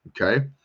Okay